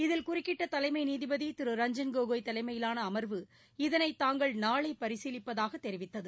இதில் குறுக்கிட்ட தலைமை நீதிபதி திரு ரஞ்சன் கோகோய் தலைமையிலான அமர்வு இதளை தாங்கள் நாளை பரிசீலிப்பதாக தெரிவித்தது